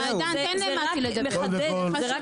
זה רק